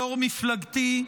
יו"ר מפלגתי,